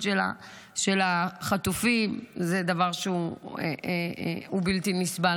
של חטופים היום זה דבר בלתי נסבל.